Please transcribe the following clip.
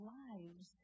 lives